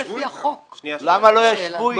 למה לא ישבו אתם?